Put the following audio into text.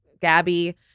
Gabby